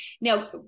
now